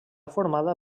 formada